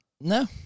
No